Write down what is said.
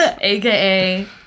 AKA